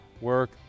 work